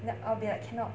then I'll be like cannot